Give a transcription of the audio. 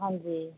ਹਾਂਜੀ